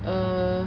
err